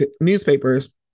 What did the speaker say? newspapers